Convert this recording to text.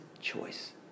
choice